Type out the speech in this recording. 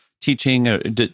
teaching